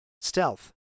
stealth